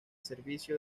servicio